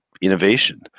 innovation